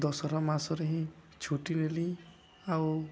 ଦଶହରା ମାସରେ ହିଁ ଛୁଟି ନେଲି ଆଉ